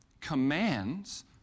commands